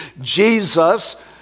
Jesus